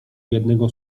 jednego